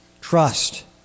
trust